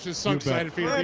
so excited for you. and